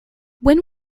when